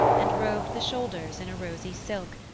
and robed the shoulders in a rosy silk,